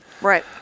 Right